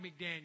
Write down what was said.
McDaniel